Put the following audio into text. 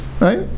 Right